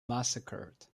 massacred